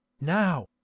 now